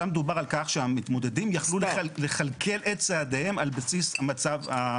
שם דובר על כך שהמתמודדים יוכלו לכלכל את צעדיהם על בסיס מצב.